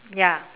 ya